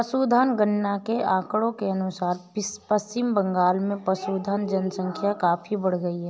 पशुधन गणना के आंकड़ों के अनुसार पश्चिम बंगाल में पशुधन जनसंख्या काफी बढ़ी है